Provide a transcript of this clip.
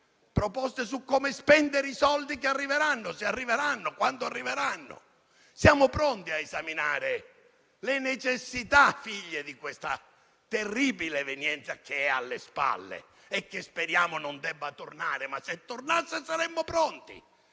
proposte su come spendere i soldi che arriveranno, se e quando arriveranno. Siamo pronti a esaminare le necessità figlie di questa terribile evenienza che è alle spalle, e che speriamo non debba tornare; ma se tornasse, saremmo pronti.